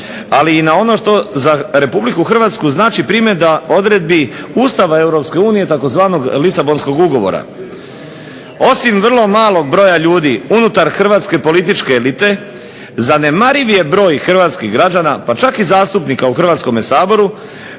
ali i na ono što za Republiku Hrvatsku znači primjena odredbi Ustava Europske unije, tzv. Lisabonskog ugovora. Osim vrlo malog broja ljudi unutar hrvatske političke elite zanemariv je broj hrvatskih građana pa čak i zastupnika u Hrvatskome saboru